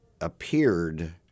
appeared